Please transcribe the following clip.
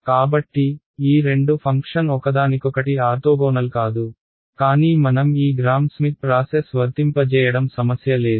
కాబట్టి ఈ రెండు ఫంక్షన్ ఒకదానికొకటి ఆర్తోగోనల్ కాదు కానీ మనం ఈ గ్రామ్ స్మిత్ ప్రాసెస్ వర్తింపజేయడం సమస్య లేదు